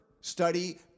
study